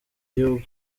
gihugu